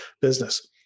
business